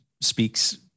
speaks